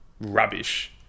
rubbish